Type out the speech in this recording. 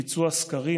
ביצוע סקרים,